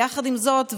יחד עם זאת,